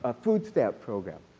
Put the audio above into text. ah food stamp program.